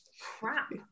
crap